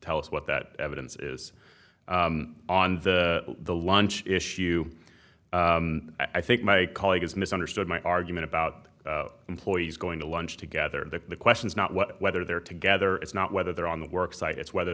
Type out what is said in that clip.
tell us what that evidence is on the the lunch issue i think my colleague has misunderstood my argument about employees going to lunch together the question is not what whether they're together it's not whether they're on the work site it's whether